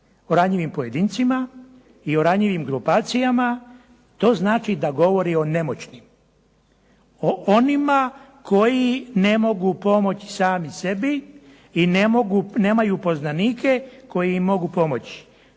ranjivim pojedincima i o ranjivim grupacijama. To znači da govori o nemoćnim, o onima koji ne mogu pomoći sami sebi i nemaju poznanike koji im mogu pomoći,